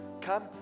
come